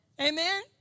Amen